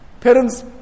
Parents